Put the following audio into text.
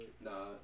Nah